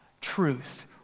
Truth